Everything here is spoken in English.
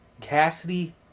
cassidy